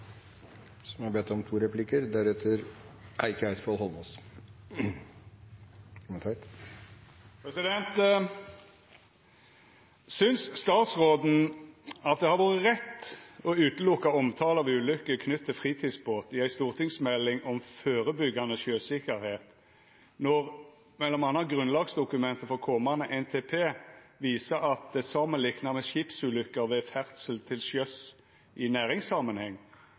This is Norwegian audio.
statsråden at det har vore rett å utelata ein omtale av ulukker knytte til fritidsbåtar i ei stortingsmelding om førebyggjande sjøsikkerheit, når m.a. grunnlagsdokumentet for komande NTP viser at det samanlikna med skipsulukker ved ferdsel til sjøs i